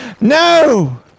No